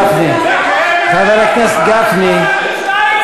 מפני שללכת לצבא,